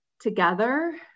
together